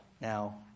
Now